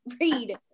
Read